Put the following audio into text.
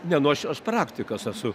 ne nu aš aš praktikas esu